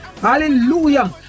Hallelujah